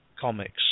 comics